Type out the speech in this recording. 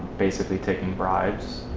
basically taking bribes?